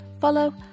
follow